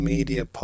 Media